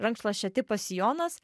rankšluosčio tipas sijonas